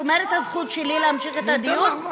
אתה שומר על הזכות שלי להמשיך את הדיון?